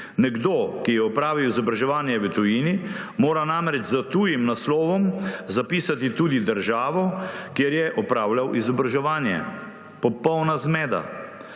Nekdo, ki je opravil izobraževanje v tujini, mora namreč s tujim naslovom zapisati tudi državo, kjer je opravljal izobraževanje. Popolna zmeda.